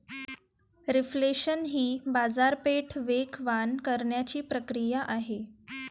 reflation ही बाजारपेठ वेगवान करण्याची प्रक्रिया आहे